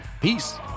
Peace